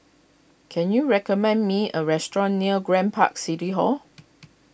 can you recommend me a restaurant near Grand Park City Hall